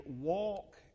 walk